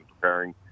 preparing